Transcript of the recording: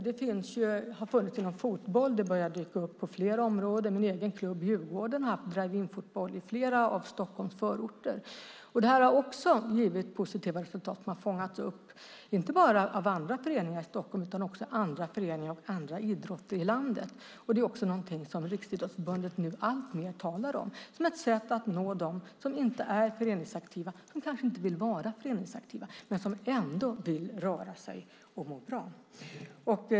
Det har funnits inom fotbollen och börjar dyka upp på flera andra områden. Min egen klubb Djurgården har haft drive-in-fotboll i flera av Stockholms förorter. Det har givit positiva resultat som har fångats upp av inte bara andra föreningar i Stockholm utan också andra föreningar och andra idrotter i landet. Det är också något som Riksidrottsförbundet talar om alltmer som ett sätt att nå dem som inte är föreningsaktiva och kanske inte vill vara föreningsaktiva men som ändå vill röra sig och må bra.